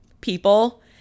people